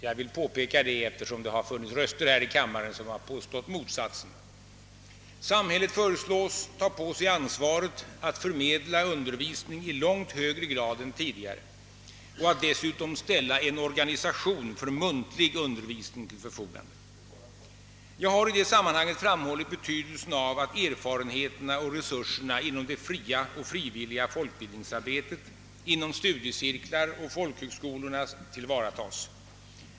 Jag vill påpeka detta eftersom vissa talare här i kammaren har påstått motsatsen. Samhället föreslås ta på sig ansvaret att förmedla undervisning i långt högre grad än tidigare och att dessutom ställa en organisation för muntlig undervisning till förfogande. Jag har i det sammanhanget framhållit betydelsen av att erfarenheterna och resurserna inom det fria och frivilliga folkbildningsarbetet, inom studiecirklar och folkhögskolor tillvaratas.